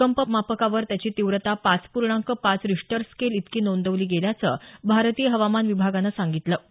भूकंप मापकावर त्याची तीव्रता पाच पूर्णांक पाच रिश्टर स्केल इतकी नोंदवली गेल्याचं भारतीय हवामान विभागानं सांगितलं